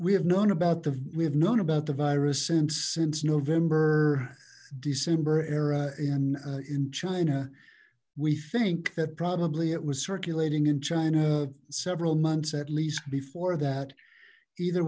we have known about the we have known about the virus since since novemberdecember era in in china we think that probably it was circulating in china several months at least before that either